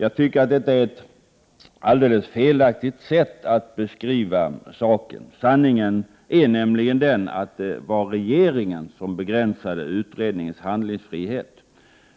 Jag tycker att detta är ett alldeles felaktigt sätt att beskriva saken. Sanningen är nämligen den att det var regeringen som begränsade utredningens handlingsfrihet.